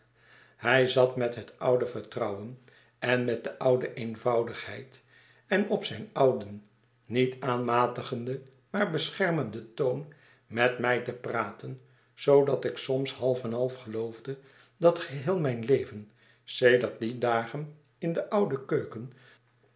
hij zat met het oude vertrouwen en met de oude eenvoudigheid en op zijn ouden niet aanmatigenden maar beschermenden toon met mij te praten zoodat ik soms half en half geloofde dat geheel mijn leven sedert die dagen in de oude keuken